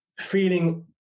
feeling